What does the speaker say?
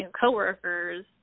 coworkers